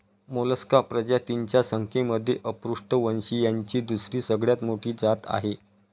Mollusca प्रजातींच्या संख्येमध्ये अपृष्ठवंशीयांची दुसरी सगळ्यात मोठी जात आहे